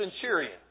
centurion